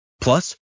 Plus